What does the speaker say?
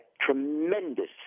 tremendous